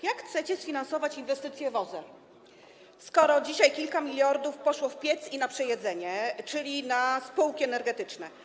Jak chcecie sfinansować inwestycje w OZE, skoro dzisiaj kilka miliardów poszło do pieca i na przejedzenie, czyli na spółki energetyczne?